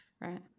Right